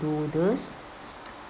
do this